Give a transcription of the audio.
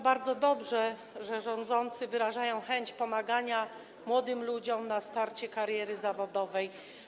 Bardzo dobrze, że rządzący wyrażają chęć pomagania młodym ludziom na starcie kariery zawodowej.